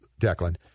Declan